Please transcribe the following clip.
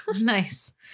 Nice